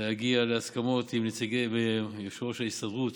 להגיע להסכמות עם יושב-ראש ההסתדרות